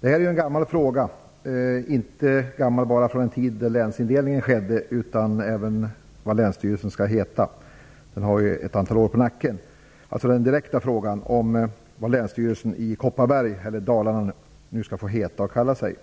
Det här är en gammal fråga. Den är inte bara från den tid länsindelningen skedde. Frågan om vad länsstyrelsen skall heta har nu också ett antal år på nacken, dvs. den direkta fråga, vad länsstyrelsen i Kopparberg, eller Dalarna, skall få kalla sig.